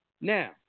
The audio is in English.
Now